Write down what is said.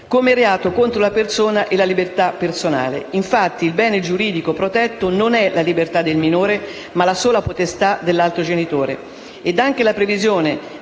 come reato contro la persona e la libertà personale. Infatti, il bene giuridico protetto non è la libertà del minore, ma la sola potestà dell'altro genitore,